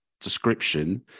description